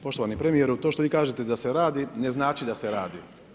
Poštovani premijeru, to što vi kažete da se radi, ne znači da se radi.